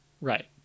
right